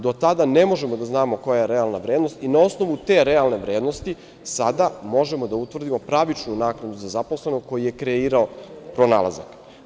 Do tada ne možemo da znamo koja je realna vrednost i na osnovu te realne vrednosti sada možemo da utvrdimo pravičnu naknadu za zaposlenog koji je kreirao pronalazak.